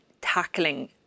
tackling